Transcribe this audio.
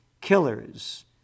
killers